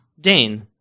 Dane